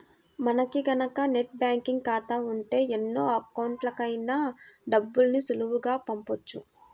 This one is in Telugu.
మనకి గనక నెట్ బ్యేంకింగ్ ఖాతా ఉంటే ఎన్ని అకౌంట్లకైనా డబ్బుని సులువుగా పంపొచ్చు